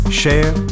share